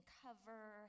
cover